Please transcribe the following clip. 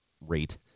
rate